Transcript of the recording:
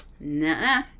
nah